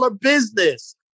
business